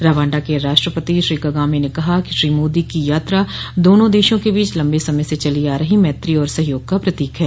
Rwanda के राष्ट्रपति Shri Kagame ने कहा कि श्री मोदी की यात्रा दोनों देशों के बीच लंबे समय से चली आ रही मैत्री और सहयोग का प्रतीक है